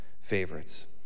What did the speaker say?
favorites